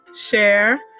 share